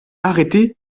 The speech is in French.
arrêté